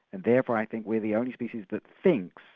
and therefore i think we're the only species that thinks,